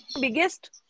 biggest